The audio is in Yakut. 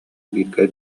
бииргэ